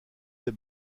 des